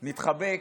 נתחבק,